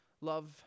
love